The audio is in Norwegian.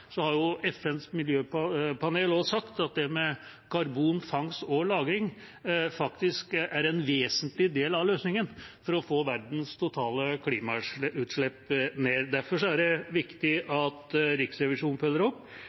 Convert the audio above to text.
karbonfangst og -lagring en vesentlig del av løsningen for å få ned verdens totale klimautslipp. Derfor er det viktig at Riksrevisjonen følger opp,